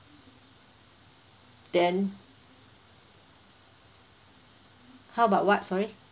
then how about what sorry